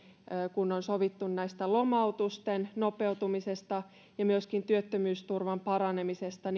sovittu lomautusten nopeutumisesta ja myöskin työttömyysturvan paranemisesta